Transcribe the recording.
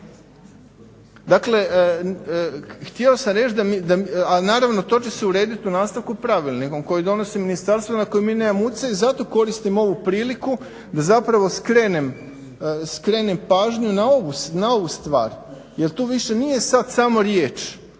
Dakle, htio sam reć a naravno to će se uredit u nastavku pravilnikom koje donosi ministarstvo na koje mi nemamo utjecaj i zato koristim ovu priliku da zapravo skrenem pažnju na ovu stvar jer tu više nije sad samo riječ